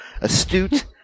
astute